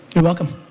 you're welcome.